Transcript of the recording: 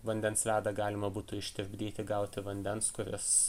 vandens ledą galima būtų ištirpdyti gauti vandens kuris